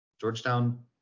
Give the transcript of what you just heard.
Georgetown